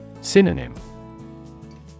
Synonym